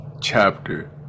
chapter